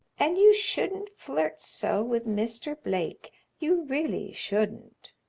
and you shouldn't flirt so with mr. blake you really shouldn't.